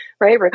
right